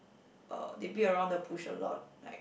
uh they beat around the bush a lot like